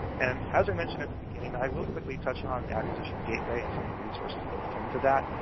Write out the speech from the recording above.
and as i mentioned at the beginning, i will quickly touch on acquisition gateway and some of the resources built into that.